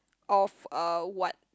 of uh what